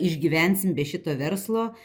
išgyvensim be šito verslo